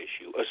issue